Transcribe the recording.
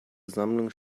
sammlung